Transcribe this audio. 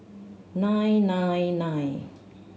nine nine nine